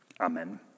Amen